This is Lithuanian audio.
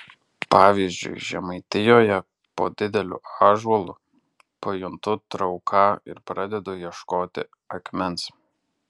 pavyzdžiui žemaitijoje po dideliu ąžuolu pajuntu trauką ir pradedu ieškoti akmens